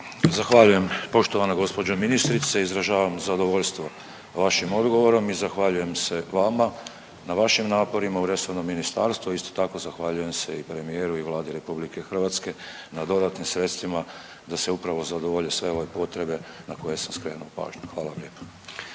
Zahvaljujem poštovana gospođo ministrice. Izražavam zadovoljstvo vašim odgovorom i zahvaljujem se vama na vašim naporima u resornom ministarstvu, a isto tako zahvaljujem se i premijeru i Vladi RH na dodatnim sredstvima da se upravo zadovolje sve ove potrebe na koje sam skrenuo pažnju. Hvala lijepa.